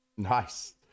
Nice